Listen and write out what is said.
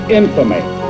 infamy